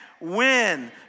win